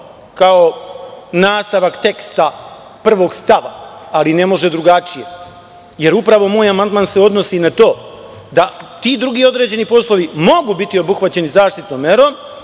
kao nastavak teksta prvog stava, ali ne može drugačije, jer upravo moj amandman se odnosi na to da ti drugi određeni poslovi mogu biti obuhvaćeni zaštitnom merom,